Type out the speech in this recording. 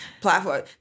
platform